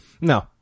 No